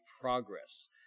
progress